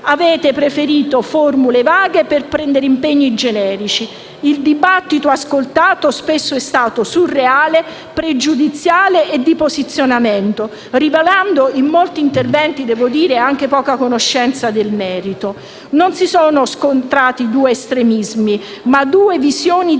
avete preferito formule vaghe per prendere impegni generici. Il dibattito ascoltato spesso è stato surreale, pregiudiziale e di posizionamento, rivelando in molti interventi, devo dire, anche poca conoscenza del merito. Non si sono scontrati due estremismi ma due visioni diverse,